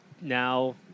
Now